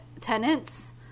tenants